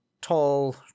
tall